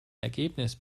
ergebnis